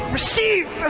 Receive